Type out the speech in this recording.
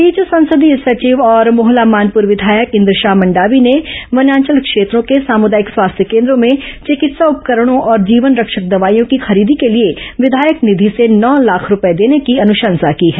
इस बीच संसदीय सचिव और मोहला मानपुर विधायक इंद्रशाह मंडावी ने वनांचल क्षेत्रों के सामूदायिक स्वास्थ्य केन्द्रों में विकित्सा उपकरणों और जीवन रक्षक दवाइयों की खरीदी के लिए विधायक निधि से नौ लाख रूपये देने की अनुशंसा की है